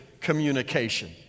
communication